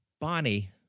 Bonnie